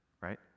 right